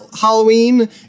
Halloween